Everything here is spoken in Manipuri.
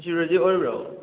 ꯑꯣꯏꯕꯤꯔꯕ꯭ꯔꯥ